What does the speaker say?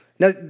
Now